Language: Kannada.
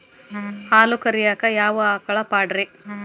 ಹಾಲು ಕರಿಯಾಕ ಯಾವ ಆಕಳ ಪಾಡ್ರೇ?